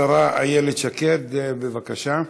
השרה איילת שקד, בבקשה.